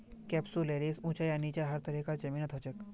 कैप्सुलैरिस ऊंचा या नीचा हर तरह कार जमीनत हछेक